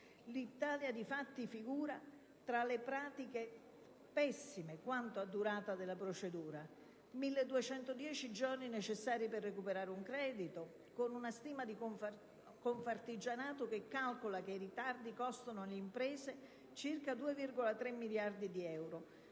L'Italia infatti figura tra le pratiche pessime quanto a durata della procedura: 1.210 giorni necessari per recuperare un credito, con una stima di Confartigianato che calcola che i ritardi costino alle imprese circa 2,3 miliardi di euro.